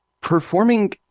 performing